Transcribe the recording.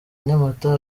nyamata